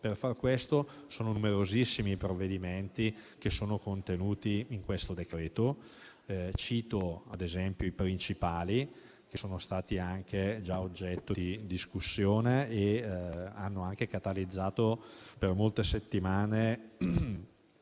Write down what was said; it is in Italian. Per far questo sono numerosissimi i provvedimenti che sono contenuti in questo disegno di legge. Cito i principali, che sono stati già oggetto di discussione e hanno catalizzato per molte settimane